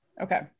Okay